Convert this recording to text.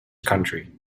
country